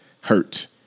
hurt